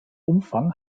umfang